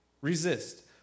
resist